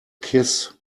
kiss